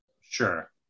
Sure